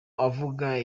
uvuga